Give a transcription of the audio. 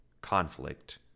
conflict